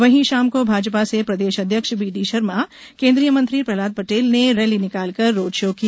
वही शाम को भाजपा से प्रदेश अध्यक्ष बीडी शर्मा केंद्रीय मंत्री प्रहलाद पटेल ने रैली निकालकर रोड शो किया